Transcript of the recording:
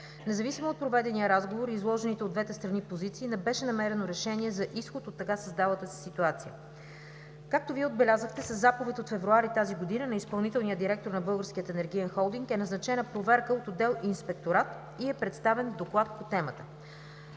Независимо от проведения разговор и изложените от двете страни позиции, не беше намерено решение за изход от така създалата се ситуация. Както Вие отбелязахте, със заповед от февруари тази година на изпълнителния директор на Българския енергиен холдинг е назначена проверка от отдел „Инспекторат“ и е представен доклад по темата.